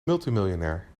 multimiljonair